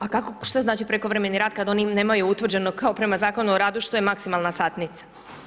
A što znači prekovremeni rad kad oni nemaju utvrđeno kao prema Zakonu o radu što je maksimalna satnica?